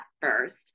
first